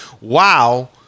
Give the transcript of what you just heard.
wow –